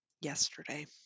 yesterday